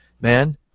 man